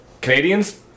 Canadians